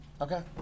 Okay